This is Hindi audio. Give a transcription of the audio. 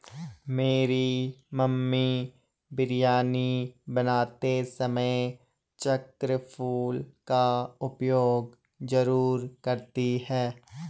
मेरी मम्मी बिरयानी बनाते समय चक्र फूल का उपयोग जरूर करती हैं